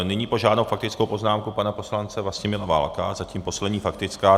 Nyní požádám o faktickou poznámku pana poslance Vlastimila Válka zatím poslední faktická.